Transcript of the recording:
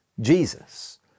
Jesus